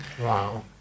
Wow